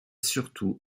surtout